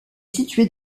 située